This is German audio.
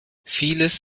vieles